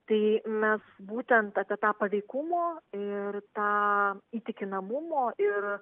tai mes būtent apie tą paveikumo ir tą įtikinamumo ir